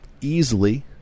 easily